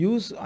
Use